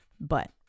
But-